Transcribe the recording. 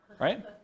right